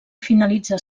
finalitzar